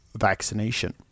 vaccination